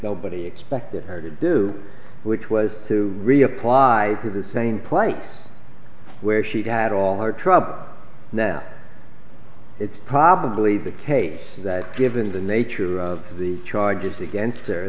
nobody expected her to do which was to reapply to the same place where she had all her troubles now it's probably the case that given the nature of the charges against he